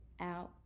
out